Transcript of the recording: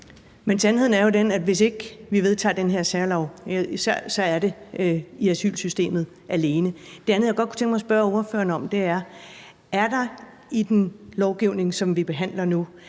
Men sandheden er jo den, at hvis ikke vi vedtog den her særlov, så ville det alene ligge i asylsystemet. Det andet, jeg godt kunne tænke mig at spørge ordføreren om, er: Er der i den lovgivning, som vi behandler nu,